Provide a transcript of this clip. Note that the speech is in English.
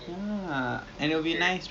ah nak cakap pasal orang tak